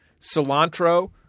cilantro